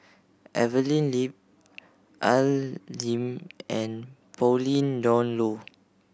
Evelyn Lip Al Lim and Pauline Dawn Loh